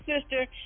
sister